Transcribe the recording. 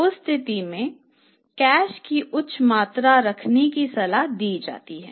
उस स्थिति में नकद की उच्च मात्रा रखने की सलाह दी जाती है